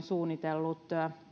suunnitellut